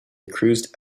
cruised